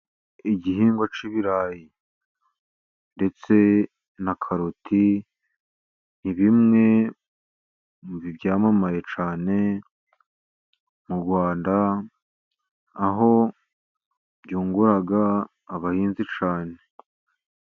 Igihingwa cy'ibirayi ndetse na karoti, ni bimwe mu byamamaye cyane mu Rwanda, aho byungura abahinzi cyane.